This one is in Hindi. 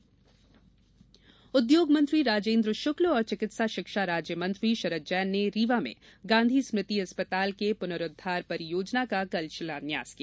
राजेन्द्र शुक्ल उद्योग मंत्री राजेन्द्र शुक्ल और चिकित्सा शिक्षा राज्य मंत्री शरद जैन ने रीवा में गांधी स्मृति अस्पताल के पुनरूद्वार परियोजना का कल शिलान्यास किया